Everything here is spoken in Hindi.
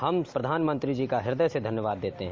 हम किसान प्रधानमंत्री जी का हृदय से धन्यवाद देते हैं